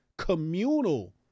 Communal